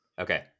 Okay